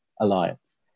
Alliance